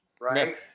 Right